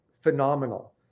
phenomenal